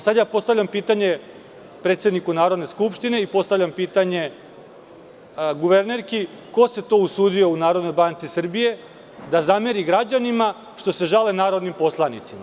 Sada postavljam pitanje predsedniku Narodne skupštine i postavljam pitanje guvernerki ko se to usudio u Narodnoj banci Srbije da zameri građanima što se žale narodnim poslanicima?